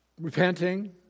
repenting